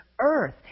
earth